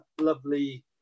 lovely